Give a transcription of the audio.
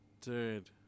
Dude